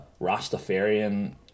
Rastafarian